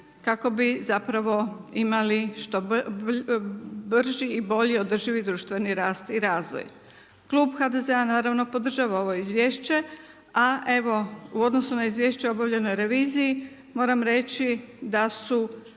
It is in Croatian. kako bi imali što brži i bolji održivi društveni rast i razvoj. Klub HDZ-a naravno podržava ovo izvješće, a u odnosu na izvješće o obavljenoj reviziji moram reći da su